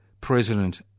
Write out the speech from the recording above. President